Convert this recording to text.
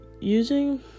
using